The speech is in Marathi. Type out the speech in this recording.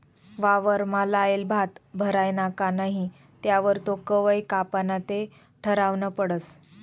वावरमा लायेल भात भरायना का नही त्यावर तो कवय कापाना ते ठरावनं पडस